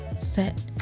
set